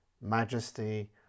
Majesty